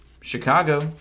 Chicago